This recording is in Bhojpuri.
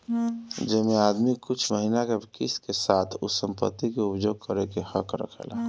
जेमे आदमी कुछ महिना के किस्त के साथ उ संपत्ति के उपयोग करे के हक रखेला